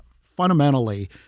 fundamentally